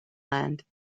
land